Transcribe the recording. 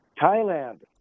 Thailand